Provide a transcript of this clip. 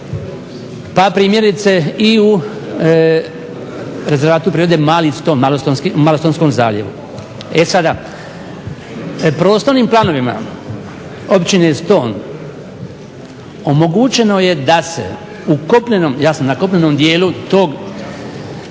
pa primjerice i u rezervatu prirode Mali Ston, u Malostonskom zaljevu. E sada, prostornim planovima Općine Ston omogućeno je da se na kopnenom dijelu tog